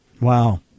Wow